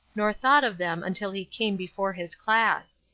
nor thought of them until he came before his class.